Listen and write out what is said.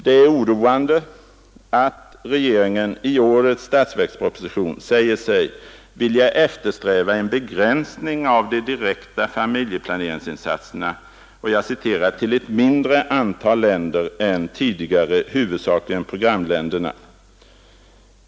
Det är oroande att regeringen i årets statsverksproposition säger sig vilja eftersträva en begränsning av de direkta familjeplaneringsinsatserna ”till ett mindre antal länder än tidigare, huvudsakligen programländerna”.